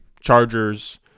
Chargers